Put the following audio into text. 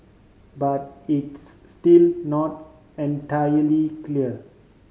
but it's still not entirely clear